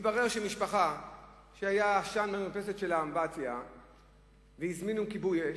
מתברר שמשפחה שהיה לה עשן במרפסת של האמבטיה והזמינה כיבוי אש,